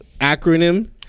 acronym